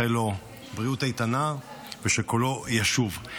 שנאחל לו בריאות איתנה ושקולו ישוב.